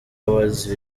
awards